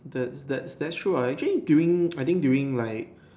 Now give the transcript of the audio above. that's that's that's true lah actually during I think during like